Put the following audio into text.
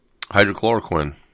hydrochloroquine